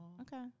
Okay